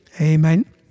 Amen